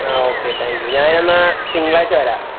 ആ okay thank you ഞാൻ എന്നാൽ തിങ്കളാഴ്ച വരാം